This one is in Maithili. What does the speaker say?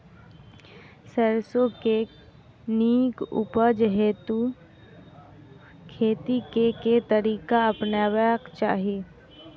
सैरसो केँ नीक उपज हेतु खेती केँ केँ तरीका अपनेबाक चाहि?